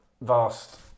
vast